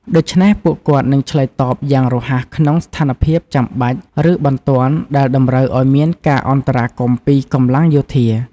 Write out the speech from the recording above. ដូច្នេះ ពួកគាត់នឹងឆ្លើយតបយ៉ាងរហ័សក្នុងស្ថានភាពចាំបាច់ ឬបន្ទាន់ដែលតម្រូវឲ្យមានការអន្តរាគមន៍ពីកម្លាំងយោធា។